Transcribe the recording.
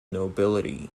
nobility